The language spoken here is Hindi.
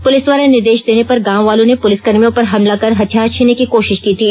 पुलिस द्वारा निर्देष देने पर गांव वालों ने पुलिस कर्मियों पर हमला कर हथियार छीनने की कोशिश की थी